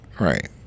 right